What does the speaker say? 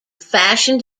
fashion